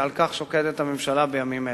על כך שוקדת הממשלה בימים אלה.